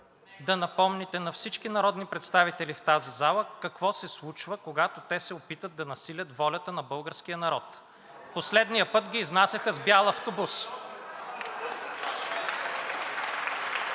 да напомните на всички народни представители в тази зала какво се случва, когато те се опитват да насилят волята на българския народ. Последния път ги изнасяха с бял автобус.